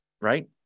right